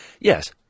Yes